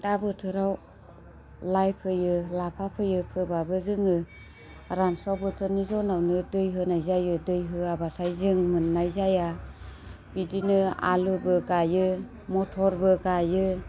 दा बोथोराव लाइ फोयो लाफा फोयो फोबाबो जोङो रानस्राव बोथोरनि जुनावनो दै होनाय जायो दै होवाबाथाइ जों मोन्नाय जाया बिदिनो आलुबो गाइयो मथ'रबो गाइयो